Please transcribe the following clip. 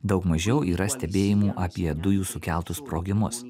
daug mažiau yra stebėjimų apie dujų sukeltus sprogimus